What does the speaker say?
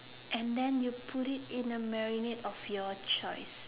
and then you put it in a marinade of your choice